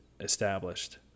established